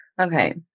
Okay